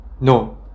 No